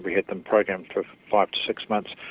we had them programmed for five to six months,